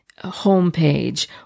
homepage